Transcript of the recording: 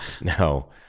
No